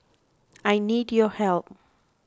I need your help